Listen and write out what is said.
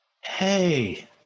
Hey